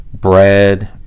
bread